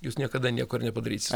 jūs niekada nieko ir nepadarysit